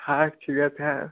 ہاکھ چھُ گَژھان